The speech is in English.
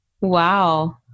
Wow